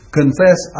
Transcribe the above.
confess